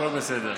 הכול בסדר.